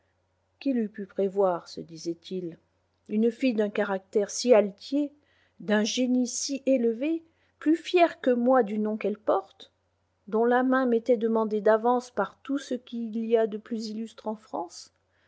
qui l'eût pu prévoir se disait-il une fille d'un caractère si altier d'un génie si élevé plus fière que moi du nom qu'elle porte dont la main m'était demandée d'avance par tout ce qu'il y a de plus illustre en france